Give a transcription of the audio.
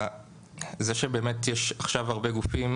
זה שבאמת יש עכשיו הרבה גופים.